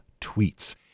Tweets